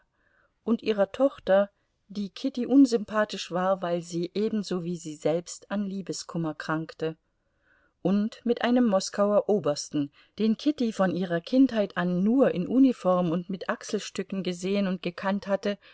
und ihrer tochter die kitty unsympathisch war weil sie ebenso wie sie selbst an liebeskummer krankte und mit einem moskauer obersten den kitty von ihrer kindheit an nur in uniform und mit achselstücken gesehen und gekannt hatte